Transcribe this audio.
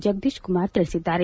ಜಗದೀಶ್ ಕುಮಾರ್ ತಿಳಿಸಿದ್ದಾರೆ